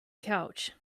couch